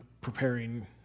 preparing